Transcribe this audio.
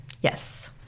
Yes